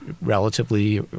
relatively